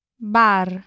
bar